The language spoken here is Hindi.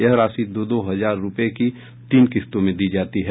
यह राशि दो दो हजार रुपये की तीन किश्तों में दी जाती है